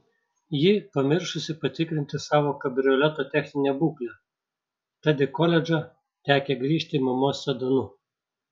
ji pamiršusi patikrinti savo kabrioleto techninę būklę tad į koledžą tekę grįžti mamos sedanu